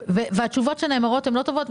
והתשובות שנאמרות הן לא טובות,